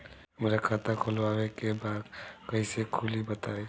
हमरा खाता खोलवावे के बा कइसे खुली बताईं?